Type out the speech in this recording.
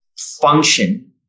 function